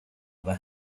other